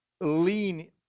lean